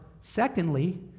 Secondly